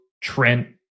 Trent